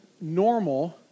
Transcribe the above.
normal